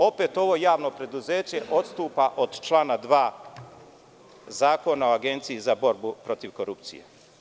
Opet javno preduzeće, odstupa od člana 2. Zakona o Agenciji za borbu protiv korupcije.